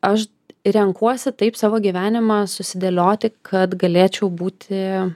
aš renkuosi taip savo gyvenimą susidėlioti kad galėčiau būti